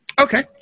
Okay